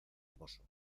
hermoso